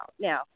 Now